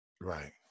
Right